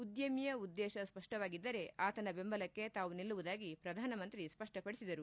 ಉದ್ದಮಿಯ ಉದ್ದೇಶ ಸ್ಪಷ್ಟವಾಗಿದ್ದರೆ ಆತನ ಬೆಂಬಲಕ್ಕೆ ತಾವು ನಿಲ್ಲುವುದಾಗಿ ಪ್ರಧಾನಮಂತ್ರಿ ಸ್ಪಷ್ಟಪಡಿಸಿದರು